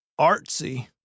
artsy